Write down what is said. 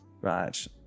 right